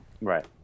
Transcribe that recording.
right